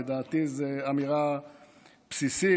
לדעתי זו אמירה בסיסית,